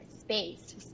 space